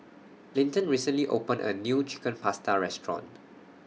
Linton recently opened A New Chicken Pasta Restaurant